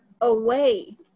away